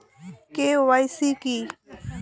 KYC কী?